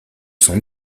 sans